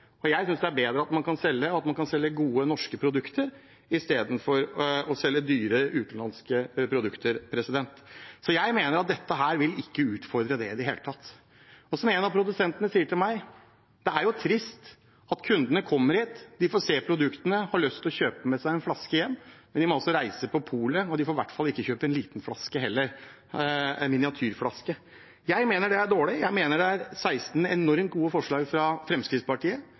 selges. Jeg synes det er bedre at man kan selge gode, norske produkter istedenfor å selge dyre, utenlandske produkter. Jeg mener at dette vil ikke utfordre det i det hele tatt. En av produsentene sier til meg: Det er jo trist at kundene kommer hit, får se produktene og har lyst til å kjøpe med seg en flaske hjem, men de må reise på polet, og de får i hvert fall ikke kjøpe en liten miniatyrflaske i stedet. Jeg mener det er dårlig. Jeg mener det er 16 enormt gode forslag fra Fremskrittspartiet